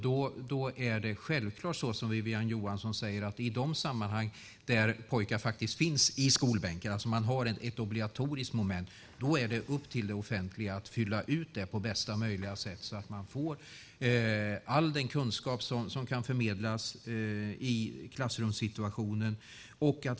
Då är det självklart så som Wiwi-Anne Johansson säger: I de sammanhang där pojkar faktiskt finns i skolbänken, där det finns ett obligatoriskt moment, där är det upp till det offentliga att fylla ut det på bästa möjliga sätt, så att de får all den kunskap som kan förmedlas i klassrumssituationen.